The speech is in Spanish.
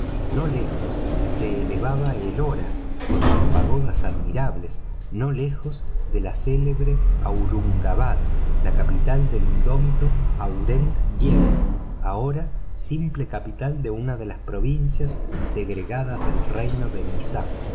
kali cerca se elevaba elora con sus pagodas admirables no lejos la célebre aurungabad la capital del indómito aurengyeb ahora simple capital de una de las provincias agregadas del reino de nizam